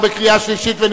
התשע"א 2010,